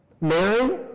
Mary